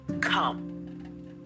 come